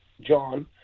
John